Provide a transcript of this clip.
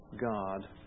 God